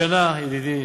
השנה, ידידי